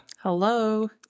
Hello